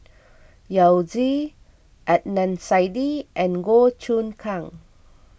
Yao Zi Adnan Saidi and Goh Choon Kang